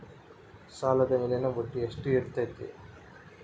ಸಾಲದ ಮೇಲಿನ ಬಡ್ಡಿ ಎಷ್ಟು ಇರ್ತೈತೆ?